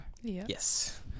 yes